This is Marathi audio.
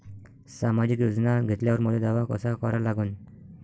सामाजिक योजना घेतल्यावर मले दावा कसा करा लागन?